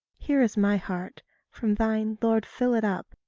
here is my heart from thine, lord, fill it up,